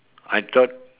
I thought